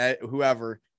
whoever